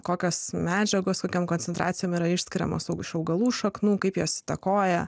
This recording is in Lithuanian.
kokios medžiagos kokia koncentracija yra išskiriamos augalų šaknų kaip jos įtakoja